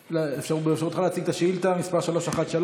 באפשרותך להציג את שאילתה מס' 313,